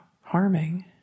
harming